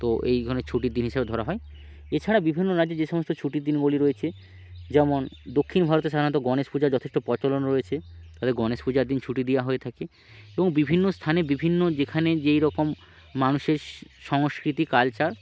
তো এইগুলো ছুটির দিন হিসাবে ধরা হয় এছাড়া বিভিন্ন রাজ্যে যে সমস্ত ছুটির দিনগুলি রয়েছে যেমন দক্ষিণ ভারতে সাধারণত গণেশ পূজার যথেষ্ট প্রচলন রয়েছে তাদের গণেশ পূজার দিন ছুটি দেওয়া হয়ে থাকে এবং বিভিন্ন স্থানে বিভিন্ন যেখানে যেই রকম মানুষের সংস্কৃতি কালচার